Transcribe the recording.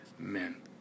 Amen